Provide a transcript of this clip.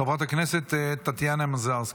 חברת הכנסת טטיאנה מזרסקי.